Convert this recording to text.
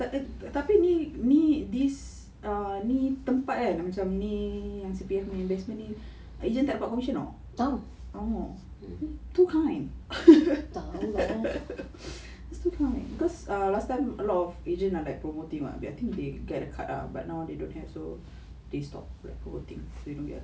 takde tapi ni ni this ah ni tempat kan macam ni C_P_F nya investment ni agent tak dapat commission [tau] too kind it's too kind because last times a lot of agents are like promoting I think they get a cut ah but now they don't have so like they stop promoting because they don't get a cut